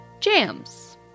Jams